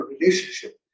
relationship